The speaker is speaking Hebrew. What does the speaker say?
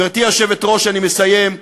גברתי היושבת-ראש, אני מסיים.